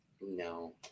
no